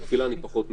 בתפילה אני פחות מבין.